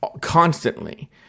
constantly